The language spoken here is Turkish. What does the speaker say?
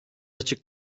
açık